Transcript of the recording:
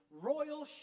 royal